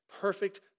perfect